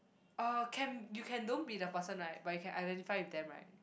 uh cam you can don't be the person right but you can identify with them right